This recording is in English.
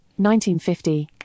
1950